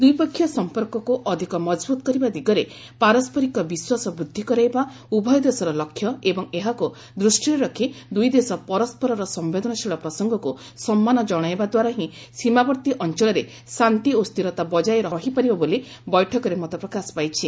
ଦ୍ୱିପକ୍ଷୀୟ ସମ୍ପର୍କକୁ ଅଧିକ ମଜବୁତ୍ କରିବା ଦିଗରେ ପାରସ୍କରିକ ବିଶ୍ୱାସ ବୃଦ୍ଧି କରାଇବା ଉଭୟ ଦେଶର ଲକ୍ଷ୍ୟ ଏବଂ ଏହାକୁ ଦୃଷ୍ଟିରେ ରଖି ଦୁଇ ଦେଶ ପରସ୍କରର ସମ୍ଭେଦନଶୀଳ ପ୍ରସଙ୍ଗକୁ ସମ୍ମାନ ଜଣାଇବାଦ୍ୱାରା ହି ସୀମାବର୍ତ୍ତୀ ଅଞ୍ଚଳରେ ଶାନ୍ତି ଓ ସ୍ଥିରତା ବକାୟ ରହିପାରିବ ବୋଲି ବୈଠକରେ ମତପ୍ରକାଶ ପାଇଛି